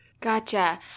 Gotcha